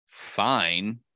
fine